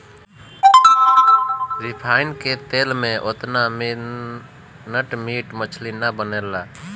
refine के तेल में ओतना निमन मीट मछरी ना बनेला